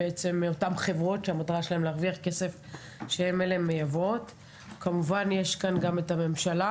אותן חברות מייבאות שהמטרה שלהן היא להרוויח כסף; יש כאן גם הממשלה,